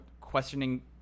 questioning